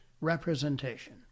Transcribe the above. representation